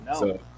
No